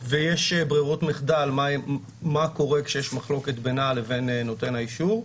ויש ברירות מחדל מה קורה כאשר יש מחלוקת בינה לבין נותן האישור.